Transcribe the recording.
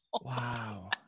Wow